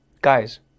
guys